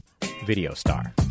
VideoStar